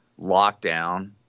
lockdown